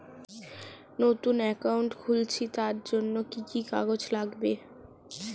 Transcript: নতুন অ্যাকাউন্ট খুলছি তার জন্য কি কি কাগজ লাগবে?